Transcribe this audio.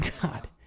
god